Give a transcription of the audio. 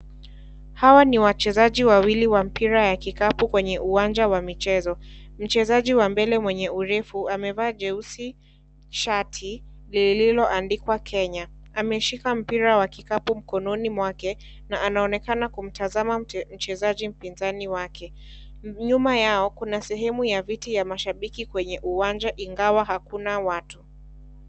Hawa ni wachezaji wawili wa mpira ya kikapu kwenye uwanja wa michezo, mchezaji wa mbele mwenye urefu amevaa jeusi, shati lilioandikwa Kenya ameshika mpira wa kikapu mkononi mwake na anaonekana kumtazama mchezaji mpinzani wake, nyuma yao kuna sehemu ya viti ya mashabiki kwenye uwanja ingawa hakuna watu.